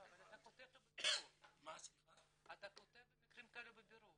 אבל אתה כותב במקרים כאלה "בבירור".